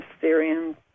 Syrians